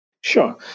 Sure